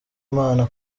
imana